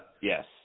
yes